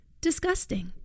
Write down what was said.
disgusting